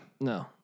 no